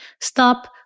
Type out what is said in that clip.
Stop